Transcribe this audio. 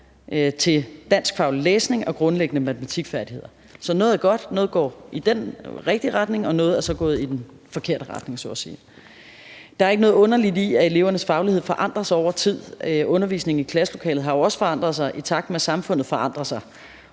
til danskfaglig læsning og grundlæggende matematikfærdigheder. Så noget går i den rigtige retning, og noget er gået i den forkerte retning – så at sige. Der er ikke noget underligt i, at elevernes faglighed forandrer sig over tid. Undervisningen i klasselokalet har jo også forandret sig, i takt med at samfundet forandrer sig